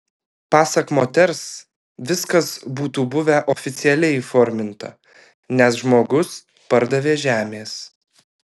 pasak moters viskas būtų buvę oficialiai įforminta nes žmogus pardavė žemės